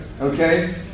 okay